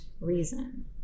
reason